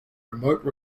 remote